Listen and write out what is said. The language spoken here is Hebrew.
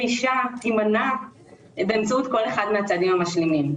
אישה תימנע באמצעות כל אחד מהצעדים המשלימים.